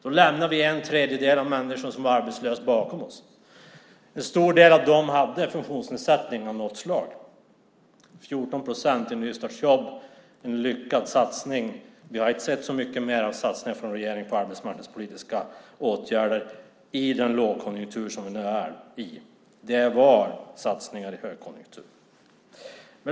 Då lämnade vi en tredjedel av de människor som var arbetslösa bakom oss. En stor del av dem hade en funktionsnedsättning av något slag. 14 procent i nystartsjobb sägs vara en lyckad satsning. Vi har inte sett så många fler satsningar från regeringen på arbetsmarknadspolitiska åtgärder i den lågkonjunktur som vi nu befinner oss i. Det var satsningar i högkonjunktur.